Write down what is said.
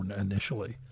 initially